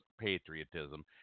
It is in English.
patriotism